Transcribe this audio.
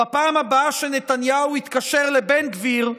בפעם הבאה שנתניהו יתקשר לבן גביר,